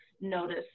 notice